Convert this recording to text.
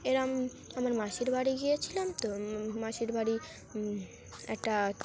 এরকম আমার মাসির বাড়ি গিয়েছিলাম তো মাসির বাড়ি একটা